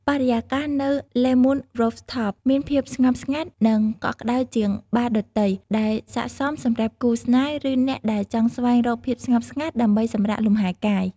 បរិយាកាសនៅ លេ មូន រូហ្វថប (Le Moon Rooftop) មានភាពស្ងប់ស្ងាត់ និងកក់ក្ដៅជាងបារដទៃ ដែលស័ក្តិសមសម្រាប់គូស្នេហ៍ ឬអ្នកដែលចង់ស្វែងរកភាពស្ងប់ស្ងាត់ដើម្បីសម្រាកលំហែកាយ។